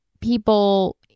people